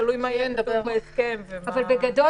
תלוי מה יהיה ההסכם --- כמו שאמרנו,